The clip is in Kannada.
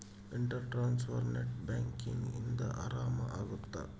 ಇಂಟರ್ ಟ್ರಾನ್ಸ್ಫರ್ ನೆಟ್ ಬ್ಯಾಂಕಿಂಗ್ ಇಂದ ಆರಾಮ ಅಗುತ್ತ